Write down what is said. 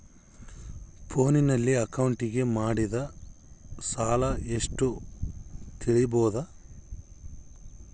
ಫೋನಿನಲ್ಲಿ ಅಕೌಂಟಿಗೆ ಮಾಡಿದ ಸಾಲ ಎಷ್ಟು ತಿಳೇಬೋದ?